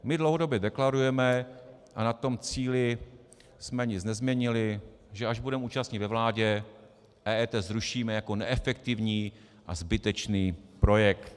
My dlouhodobě deklarujeme, a na tom cíli jsme nic nezměnili, že až budeme účastni ve vládě, EET zrušíme jako neefektivní a zbytečný projekt.